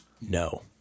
No